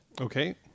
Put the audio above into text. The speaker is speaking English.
Okay